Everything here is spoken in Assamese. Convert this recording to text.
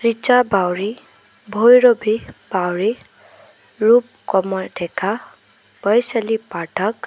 ৰীশা বাউৰী ভৈৰৱী বাউৰী ৰূপ কমল ডেকা বৈশালী পাঠক